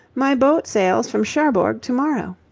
my boat sails from cherbourg tomorrow.